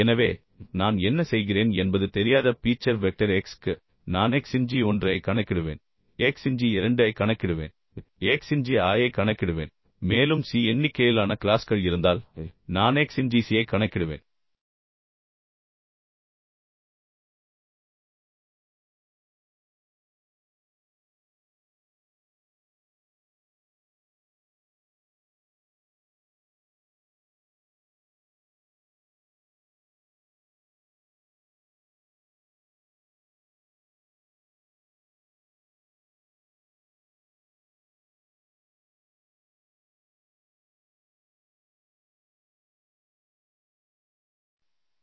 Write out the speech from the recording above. எனவே நான் என்ன செய்கிறேன் என்பது தெரியாத பீச்சர் வெக்டர் x க்கு நான் x இன் g 1 ஐ கணக்கிடுவேன் x இன் g 2 ஐ கணக்கிடுவேன் x இன் g i ஐ கணக்கிடுவேன் மேலும் c எண்ணிக்கையிலான க்ளாஸ்கள் இருந்தால் நான் x இன் g c ஐ கணக்கிடுவேன்